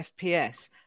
FPS